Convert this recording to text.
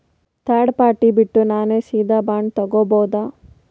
Third party ಬಿಟ್ಟು ನಾನೇ ಸೀದಾ ಬಾಂಡ್ ತೋಗೊಭೌದಾ?